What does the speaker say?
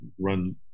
run